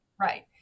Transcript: Right